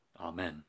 Amen